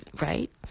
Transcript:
right